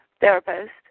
therapist